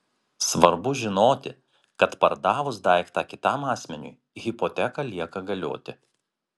svarbu žinoti kad pardavus daiktą kitam asmeniui hipoteka lieka galioti